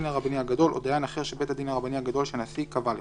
הרבני הגדול או דיין אחר של בית הדין הרבני הגדול שהנשיא קבע לכך,